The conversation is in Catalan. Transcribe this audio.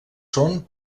són